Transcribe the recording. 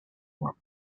were